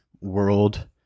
world